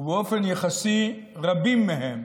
ובאופן יחסי רבים מהם